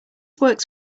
works